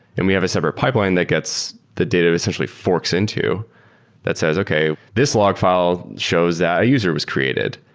and we have a separate pipeline that gets the data essentially forks into that says, okay. this log file shows that a user was created.